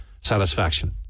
satisfaction